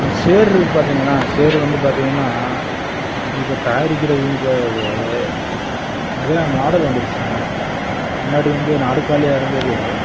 இந்த சேரு இருக்கு பார்த்திங்களா சேரு வந்து பார்த்திங்கன்னா இப்போ தயாரிக்கிறது நிறையா மாடல் வந்துடுச்சுங்க முன்னாடி வந்து நாற்காலியாக இருந்தது